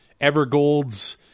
Evergolds